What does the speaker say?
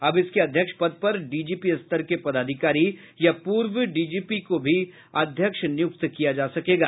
अब इसके अध्यक्ष पद पर डीजीपी स्तर के पदाधिकारी या पूर्व डीजीपी को भी अध्यक्ष नियुक्त किया जा सकेगा